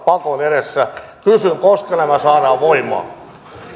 pakon edessä kysyn koska nämä saadaan voimaan